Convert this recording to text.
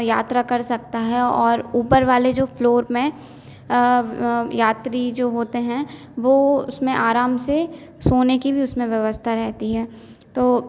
यात्रा कर सकता है और ऊपर वाले जो फ्लोर में यात्री जो होते हैं वो उसमें आराम से सोने की भी उसमें व्यवस्था रहती हैं तो